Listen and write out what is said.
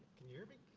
can you hear me?